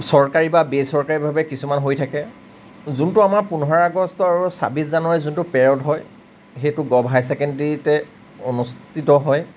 চৰকাৰী বা বেচৰকাৰীভাৱে কিছুমান হৈ থাকে যোনটো আমাৰ পোন্ধৰ আগষ্ট আৰু ছাবিছ জানুৱাৰিৰ যোনটো পেৰড হয় সেইটো গ'ভ হায়াৰ ছেকেণ্ডেৰিতে অনুষ্ঠিত হয়